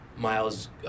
Miles